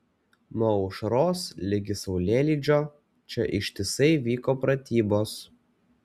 nuo aušros ligi saulėlydžio čia ištisai vyko pratybos